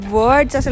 words